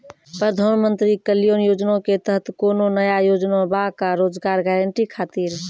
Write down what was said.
प्रधानमंत्री कल्याण योजना के तहत कोनो नया योजना बा का रोजगार गारंटी खातिर?